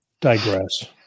digress